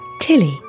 Tilly